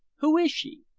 who is she?